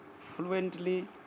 fluently